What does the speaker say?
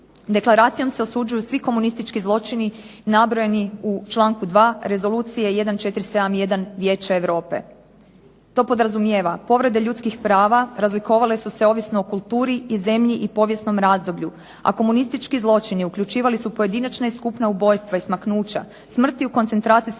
Deklaracijom se osuđuju svi komunistički zločini nabrojeni u članku 2. Rezolucije 1471 Vijeća Europe. To podrazumijeva, povrede ljudskih prava razlikovale su se ovisno o kulturi i zemlji i povijesnom razdoblju, a komunistički zločini uključivali su pojedinačna i skupna ubojstva i smaknuća, smrt u koncentracijskim logorima,